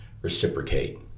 reciprocate